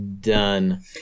Done